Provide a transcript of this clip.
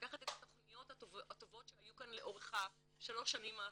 לקחת את התכניות הטובות שהיו כאן לאורך השלוש שנים האחרונות,